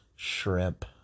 Shrimp